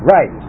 Right